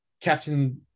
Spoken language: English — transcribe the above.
captain